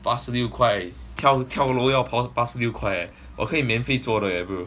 八十六块跳跳楼要还八十六块 leh 我可以免费做的 leh bro